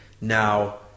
now